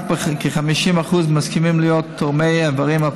רק כ-50% מסכימים להיות תורמי איברים,